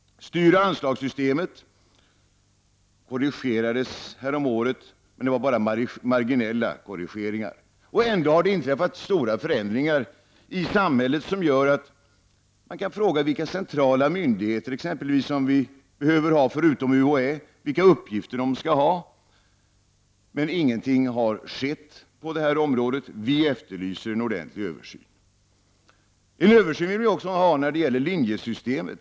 Styroch anslagssystemet korrigerades häromåret, men det var bara marginella korrigeringar. Ändå har det inträffat stora förändringar i samhället, som gör att man kan fråga sig vilka centrala myndigheter som vi behöver förutom UHÄ och vilka uppgifter de skall ha. Men ingenting har skett på det här området. Vi efterlyser en ordentlig översyn. Vi vill också ha en översyn när det gäller linjesystemet.